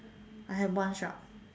I have one shark